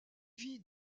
vit